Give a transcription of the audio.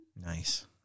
Nice